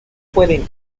pueden